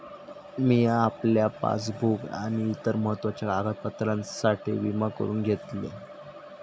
मिया आपल्या पासबुक आणि इतर महत्त्वाच्या कागदपत्रांसाठी विमा करून घेतलंय